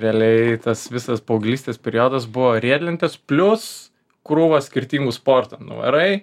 realiai tas visas paauglystės periodas buvo riedlentės plius krūvos skirtingų sportų nuvarai